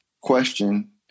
question